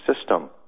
system